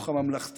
הנחות.